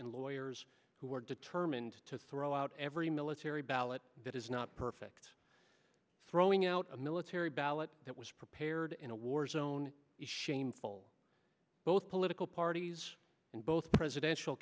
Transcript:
and lawyers who are determined to rollout every military ballot that is not perfect throwing out a military ballot that was prepared in a war zone is shameful both political parties and both presidential